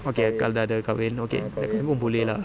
okay kalau sudah ada kahwin okay sudah kahwin pun boleh lah